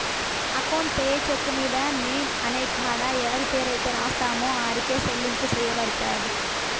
account payee cheque మీద name అనే కాడ ఎవరి పేరైతే రాస్తామో ఆరికే సెల్లింపు సెయ్యబడతది